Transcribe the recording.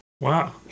Wow